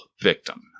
victim